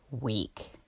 week